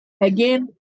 Again